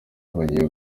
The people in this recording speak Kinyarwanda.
bagiye